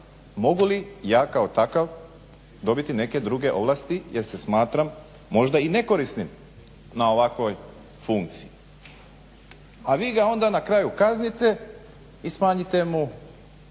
mogu li ja kao takav dobiti neke druge ovlasti jer se smatram možda i nekorisnim na ovakvoj funkciji. A vi ga onda na kraju kaznite i smanjite mu